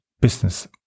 business